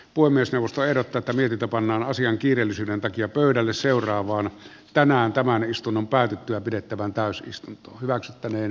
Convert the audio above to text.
voi myös eusta erota tarvita panna asian kiireellisyyden takia pöydälle seuraavaan tänään tämän istunnon päätyttyä pidettävään täysistunto hyväksyttäneen